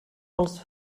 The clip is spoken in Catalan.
els